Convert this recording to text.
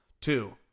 Two